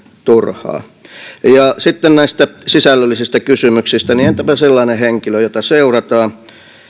turhaa sitten näistä sisällöllisistä kysymyksistä entäpä sellainen henkilö jota seurataan